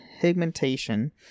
pigmentation